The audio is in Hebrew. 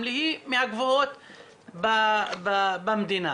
ז' בתמוז התש"ף.